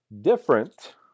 different